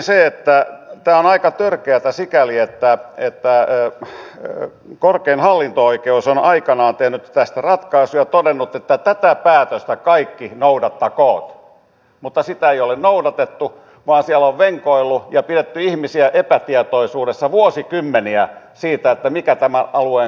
nyt ensinnäkin tämä on aika törkeätä sikäli että korkein hallinto oikeus on aikanaan tehnyt tästä ratkaisun ja todennut että tätä päätöstä kaikki noudattakoot mutta sitä ei ole noudatettu vaan siellä on venkoiltu ja pidetty ihmisiä epätietoisuudessa vuosikymmeniä siitä mikä tämän alueen kohtalo on